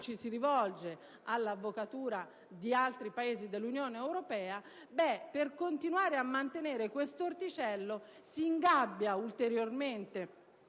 ci si rivolge all'avvocatura di altri Paesi dell'Unione europea), per continuare a mantenere questo orticello, lo ingabbia ulteriormente